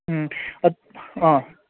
ꯎꯝ ꯑꯥ